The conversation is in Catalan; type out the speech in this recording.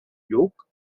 lluc